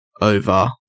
Over